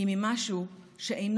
של אחי דן ושלי, לנגד